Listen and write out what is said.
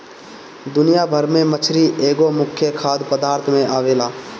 दुनिया भर में मछरी एगो मुख्य खाद्य पदार्थ में आवेला